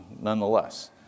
nonetheless